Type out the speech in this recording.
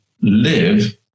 live